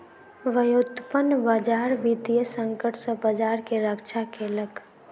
व्युत्पन्न बजार वित्तीय संकट सॅ बजार के रक्षा केलक